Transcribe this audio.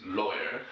lawyer